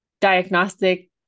diagnostic